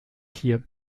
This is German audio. hier